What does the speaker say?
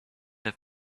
have